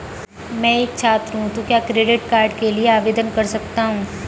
मैं एक छात्र हूँ तो क्या क्रेडिट कार्ड के लिए आवेदन कर सकता हूँ?